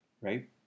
right